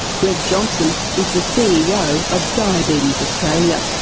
greg johnson is the ceo of diabetes australia.